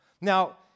Now